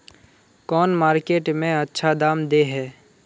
कौन मार्केट में अच्छा दाम दे है?